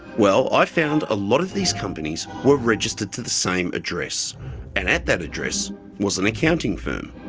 well, i found a lot of these companies were registered to the same address. and at that address was an accounting firm.